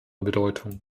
bedeutung